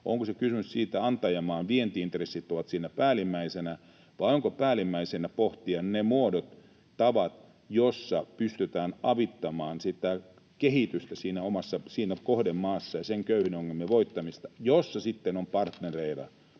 onko kysymys siitä, että antajamaan vienti-intressit ovat siinä päällimmäisenä, vai onko päällimmäisenä pohtia ne muodot ja tavat, joilla pystytään avittamaan kehitystä siinä kohdemaassa ja sen köyhyyden ongelmien voittamista? Siinä sitten on partnereina